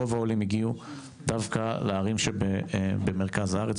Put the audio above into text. רוב העולים הגיעו דווקא לערים שהן במרכז הארץ,